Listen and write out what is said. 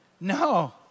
no